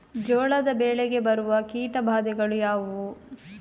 ಜೋಳದ ಬೆಳೆಗೆ ಬರುವ ಕೀಟಬಾಧೆಗಳು ಯಾವುವು?